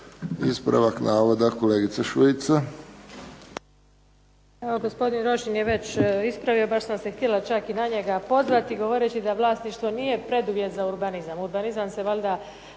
ispravak javila kolegica Petir.